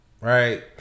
Right